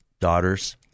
daughters